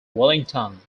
wellington